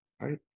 right